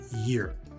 year